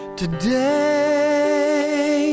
today